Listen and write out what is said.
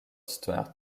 stuart